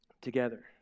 together